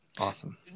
Awesome